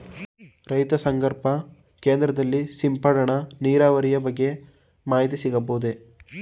ರೈತ ಸಂಪರ್ಕ ಕೇಂದ್ರದಲ್ಲಿ ಸಿಂಪಡಣಾ ನೀರಾವರಿಯ ಬಗ್ಗೆ ಮಾಹಿತಿ ಸಿಗಬಹುದೇ?